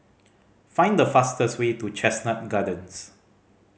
find the fastest way to Chestnut Gardens